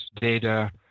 data